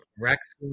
Rex